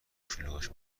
شلوغش